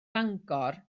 fangor